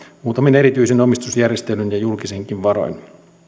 muutamin erityisin omistusjärjestelyin ja julkisinkin varoin